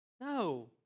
No